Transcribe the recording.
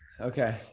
Okay